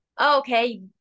okay